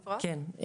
כן.